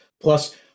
plus